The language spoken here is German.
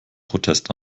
protest